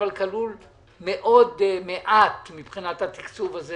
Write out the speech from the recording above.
אבל כלול מאוד מעט מבחינת התקצוב הזה